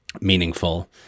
meaningful